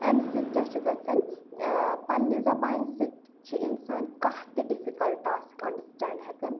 اَمہِ سۭتۍ کیٛاہ چھُ گَژھان ٲں پَننہِ زبانہِ سۭتۍ چھُ انسان کانٛہہ تہِ ڈِفِکلٹہٕ ٹاسٕک انٛڈرسٹینٛڈ ہیٚکان